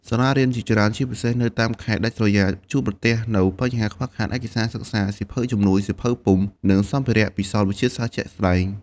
សាលារៀនជាច្រើន ជាពិសេសនៅតាមខេត្តដាច់ស្រយាល ជួបប្រទះនូវបញ្ហាខ្វះខាតឯកសារសិក្សា សៀវភៅជំនួយ សៀវភៅពុម្ព និងសម្ភារៈពិសោធន៍វិទ្យាសាស្ត្រជាក់ស្តែង។